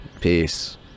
peace